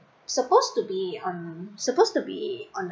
supposed to be um supposed to be on